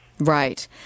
Right